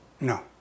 No